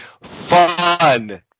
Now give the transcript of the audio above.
fun